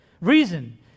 Reason